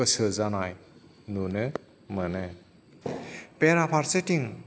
गोसो जानाय नुनो मोनो बेरा फारसेथिं